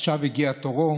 עכשיו הגיע תורו